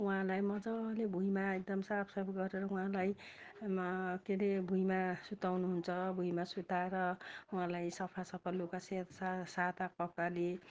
उहाँलाई मजाले भुइमा एकदमा साफसफाइ गरेर उहाँलाई के अरे भुइमा सुताउनु हुन्छ भुइमा सुताएर उहाँलाई सफा सफा लुगा से सा सादा कपडाले